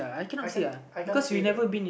I can't I can't say that